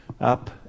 up